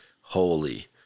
holy